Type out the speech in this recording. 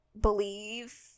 believe